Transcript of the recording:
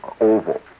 oval